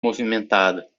movimentada